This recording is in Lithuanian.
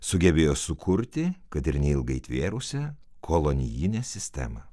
sugebėjo sukurti kad ir neilgai tvėrusią kolonijinę sistemą